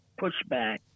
pushback